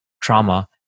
trauma